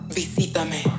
visítame